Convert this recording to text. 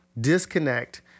disconnect